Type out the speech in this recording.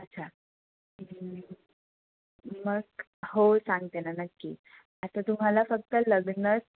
अच्छा मग हो सांगते ना नक्की आता तुम्हाला फक्त लग्नच